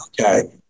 okay